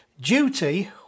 duty